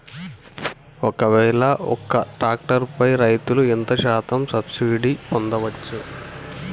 ఒక్కవేల ఒక్క ట్రాక్టర్ పై రైతులు ఎంత శాతం సబ్సిడీ పొందచ్చు?